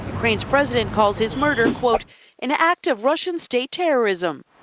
ukraine's president calls his murder, quote an act of russian state terrorism.